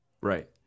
Right